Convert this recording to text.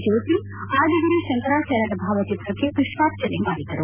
ಜ್ಮೋತಿ ಆದಿಗುರು ಶಂಕರಾಜಾರ್ಯರ ಭಾವಚಿತ್ರಕ್ಕೆ ಪುಷ್ಪಾರ್ಚನೆ ಮಾಡಿದರು